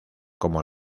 como